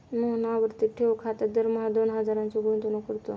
मोहन आवर्ती ठेव खात्यात दरमहा दोन हजारांची गुंतवणूक करतो